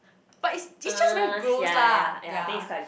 but it's it's just very gross lah their